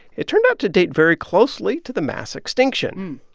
it turned out to date very closely to the mass extinction.